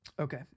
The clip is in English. Okay